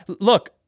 Look